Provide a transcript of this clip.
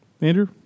Andrew